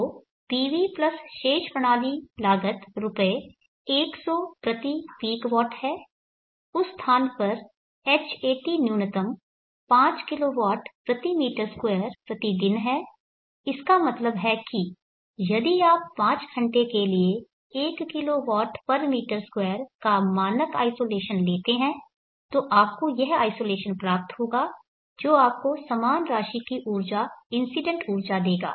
तो PV plus शेष प्रणाली लागत रु 100 प्रति पीक वॉट है उस स्थान पर Hat न्यूनतम 5 kWm2दिन है इसका मतलब है कि यदि आप 5 घंटे के लिए 1 kWm2 का मानक आइसोलेशन लेते हैं तो आपको यह आइसोलेशन प्राप्त होगा जो आपको समान राशि की ऊर्जा इंसीडेंट ऊर्जा देगा